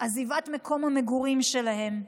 עזיבת מקום המגורים שלהם.